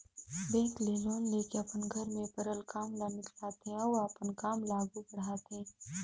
bank ले loan लेके अपन घर में परल काम ल निकालथे अउ अपन काम ल आघु बढ़ाथे